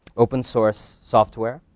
open source software,